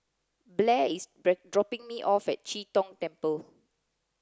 Blair is dropping me off at Chee Tong Temple